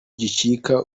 gicika